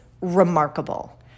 remarkable